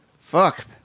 Fuck